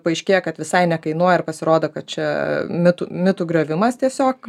paaiškėja kad visai nekainuoja ir pasirodo kad čia mitų mitų griovimas tiesiog